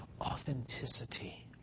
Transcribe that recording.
authenticity